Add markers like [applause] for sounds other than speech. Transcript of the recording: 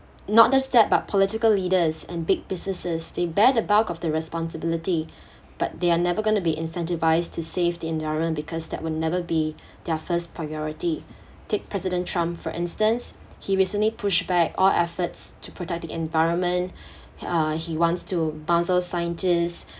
not the step but political leaders and big businesses they bear the bulk of the responsibility [breath] but they are never gonna be incentivised to save the environment because that will never be their first priority take president trump for instance he recently pushed back all efforts to protect the environment [breath] uh he wants to puzzle scientists